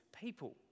people